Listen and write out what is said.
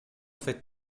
faites